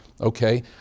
Okay